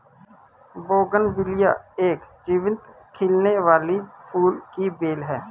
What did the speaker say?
bougainvillea एक जीवंत खिलने वाली फूल की बेल है